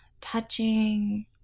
touching